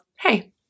hey